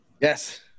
Yes